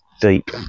deep